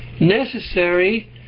Necessary